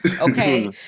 okay